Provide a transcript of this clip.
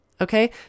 Okay